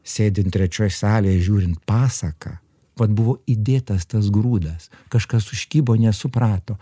sėdint trečioj salėj žiūrint pasaką vat buvo įdėtas tas grūdas kažkas užkibo nesuprato